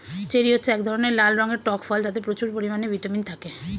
cherry হচ্ছে এক ধরনের লাল রঙের টক ফল যাতে প্রচুর পরিমাণে ভিটামিন থাকে